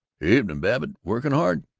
evenin', babbitt. working hard?